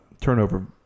turnover